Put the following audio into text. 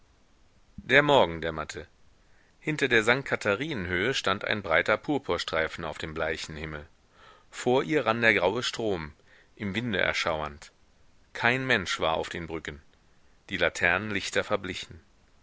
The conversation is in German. der morgen dämmerte hinter der sankt katharinen höhe stand ein breiter purpurstreifen auf dem bleichen himmel vor ihr rann der graue strom im winde erschauernd kein mensch war auf den brücken die laternenlichter verblichen